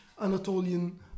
Anatolian